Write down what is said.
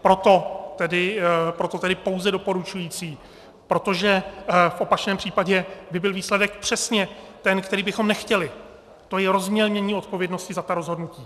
Proto tedy pouze doporučující, protože v opačném případě by byl výsledek přesně ten, který bychom nechtěli, to je rozmělnění odpovědnosti za ta rozhodnutí.